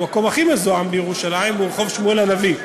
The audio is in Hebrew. המקור הכי מזוהם בירושלים הוא רחוב שמואל הנביא.